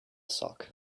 sock